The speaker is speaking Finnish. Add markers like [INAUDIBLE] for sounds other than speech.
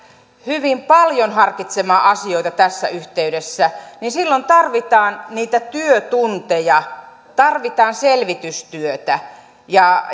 hyvin paljon harkitsemaan asioita tässä yhteydessä tarvitaan niitä työtunteja tarvitaan selvitystyötä ja [UNINTELLIGIBLE]